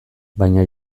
baina